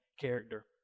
character